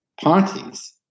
parties